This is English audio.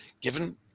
given